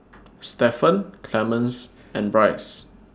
Stephen Clemens and Bryce